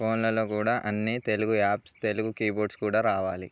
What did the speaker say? ఫోన్లలో కూడా అన్న తెలుగు యాప్స్ తెలుగు కీబోర్డ్స్ కూడా రావాలి